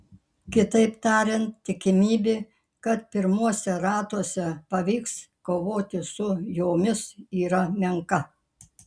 kitaip tariant tikimybė kad pirmuose ratuose pavyks kovoti su jomis yra menka